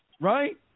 Right